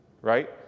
Right